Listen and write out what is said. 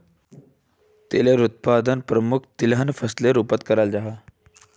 तिलेर उत्पादन प्रमुख तिलहन फसलेर रूपोत कराल जाहा